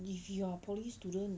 if you are poly student